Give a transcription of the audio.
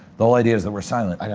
the whole idea is that we're silent.